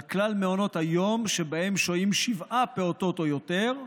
על כלל מעונות היום שבהם שוהים שבעה פעוטות או יותר,